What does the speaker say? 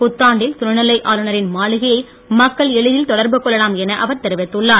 புத்தாண்டிலுல் துணைநிலை ஆளுநரின் மாளிகையை மக்கள் எளிதில் தொடர்பு கொள்ளலாம் என அவர் தெரிவித்துள்ளார்